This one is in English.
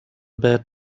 bad